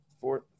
fourth